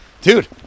Dude